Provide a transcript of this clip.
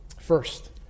First